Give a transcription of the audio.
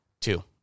two